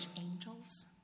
angels